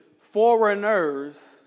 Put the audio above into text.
foreigners